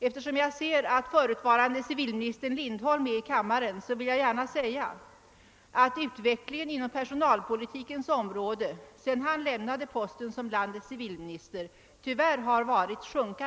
Eftersom jag ser att förutvarande civilminister Lindholm är i kammaren vill jag gärna säga att utvecklingen inom personalpolitikens område, sedan han lämnade posten som civilminister, tyvärr har gått i negativ riktning.